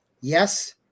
Yes